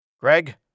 Greg